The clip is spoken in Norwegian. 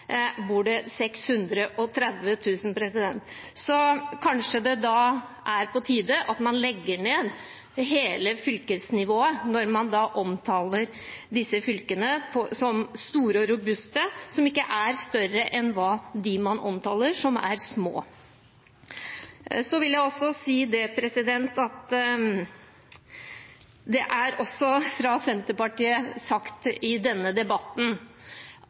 bor det også 630 000 mennesker. Kanskje det da er på tide at man legger ned hele fylkesnivået, når man omtaler dette fylket som stort og robust, som ikke er større enn de man omtaler som små. Jeg vil også si at det fra Senterpartiet er vist til i denne debatten